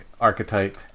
archetype